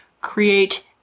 create